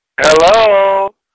Hello